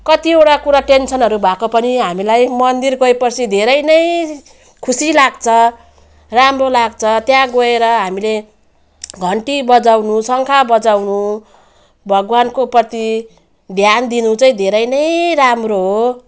कतिवटा कुरा टेन्सनहरू भएको पनि हामीलाई मन्दिर गए पछि धेरै नै खुसी लाग्छ राम्रो लाग्छ त्यहाँ गएर हामीले घन्टी बजाउनु शङ्ख बजाउनु भगवान्को प्रति ध्यान दिनु चाहिँ धेरै नै राम्रो हो